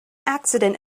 accident